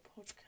podcast